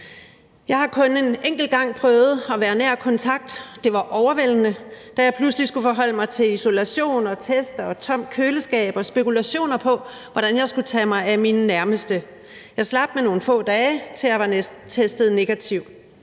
Jeg har kun en enkelt gang prøvet at være nær kontakt. Det var overvældende, da jeg pludselig skulle forholde mig til isolation og test og et tomt køleskab og spekulationer om, hvordan jeg skulle tage mig af mine nærmeste. Jeg slap med nogle få dage, til jeg var testet negativ.